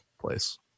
place